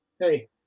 hey